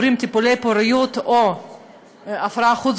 לא מוגנים מפני פיטורים אם הם עוברים טיפולי פוריות או הפריה חוץ-גופית.